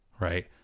right